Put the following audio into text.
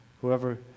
whoever